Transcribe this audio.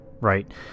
right